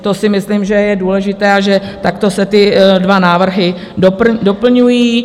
To si myslím, že je důležité a že takto se ty dva návrhy doplňují.